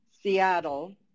Seattle